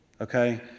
okay